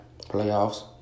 playoffs